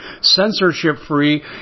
censorship-free